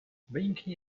banking